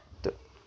تہٕ